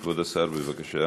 כבוד השר, בבקשה,